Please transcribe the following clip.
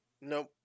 Nope